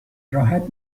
راحت